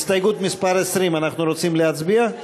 הסתייגות מס' 20. אנחנו רוצים להצביע?